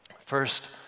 First